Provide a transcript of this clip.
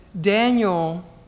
Daniel